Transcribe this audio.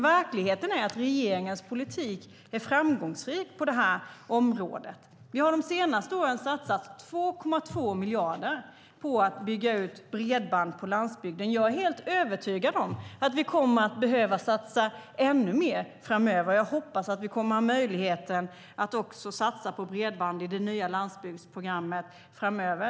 Verkligheten är att regeringens politik är framgångsrik på det här området. Vi har de senaste åren satsat 2,2 miljarder på att bygga ut bredband på landsbygden. Men jag är helt övertygad om att vi kommer att behöva satsa ännu mer framöver. Jag hoppas att vi kommer att ha möjlighet att satsa på bredband i det nya landsbygdsprogrammet.